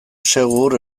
segur